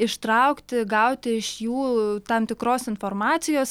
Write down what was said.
ištraukti gauti iš jų tam tikros informacijos